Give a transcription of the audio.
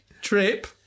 Trip